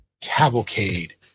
cavalcade